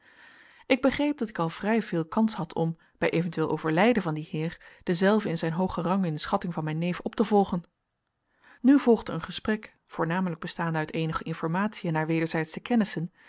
ik begreep dat ik al vrij veel kans had om bij eventueel overlijden van dien heer denzelven in zijn hoogen rang in de schatting van mijn neef op te volgen nu volgde een gesprek voornamelijk bestaande uit eenige informatiën naar wederzijdsche kennissen